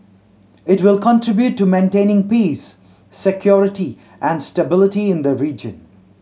it will contribute to maintaining peace security and stability in the region